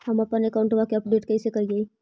हमपन अकाउंट वा के अपडेट कैसै करिअई?